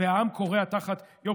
העליתם עוד מיסים,